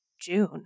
June